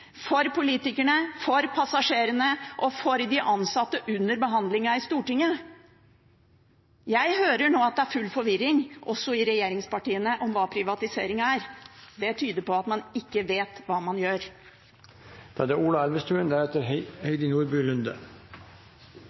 for politikerne, for passasjerene og for de ansatte – under behandlingen i Stortinget. Jeg hører nå at det er full forvirring, også i regjeringspartiene, om hva privatisering er. Det tyder på at man ikke vet hva man gjør.